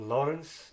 Lawrence